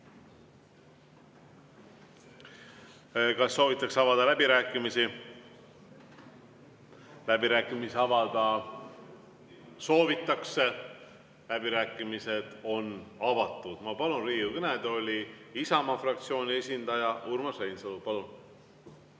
Kas soovitakse avada läbirääkimisi? Läbirääkimisi avada soovitakse. Läbirääkimised on avatud. Ma palun Riigikogu kõnetooli Isamaa fraktsiooni esindaja Urmas Reinsalu. Palun!